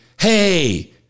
hey